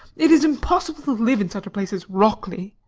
it is impossible to live in such a place as wrockley.